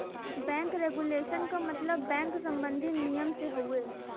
bank regulation क मतलब bank सम्बन्धी नियम से हउवे